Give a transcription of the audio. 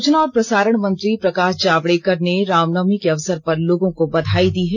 सूचना और प्रसारण मंत्री प्रकाश जावडेकर ने रामनवमी के अवसर पर लोगों को बधाई दी है